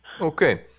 Okay